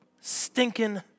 stinking